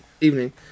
evening